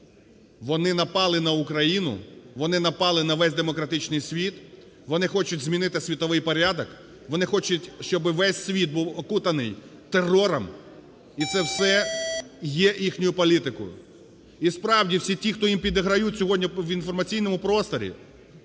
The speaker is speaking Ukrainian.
Вони напали на Україну, вони напали на весь демократичний світ, вони хочуть змінити світовий порядок, вони хочуть, щоби весь світ був окутаний терором, і це все є їхньою політикою. І справді, всі ті, хто їм підіграють сьогодні в інформаційному просторі,